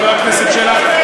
חבר הכנסת שלח,